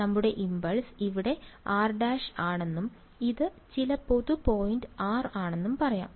നമ്മുടെ ഇംപൾസ് ഇവിടെ r′ ആണെന്നും ഇത് ചില പൊതു പോയിന്റ് r ആണെന്നും പറയാം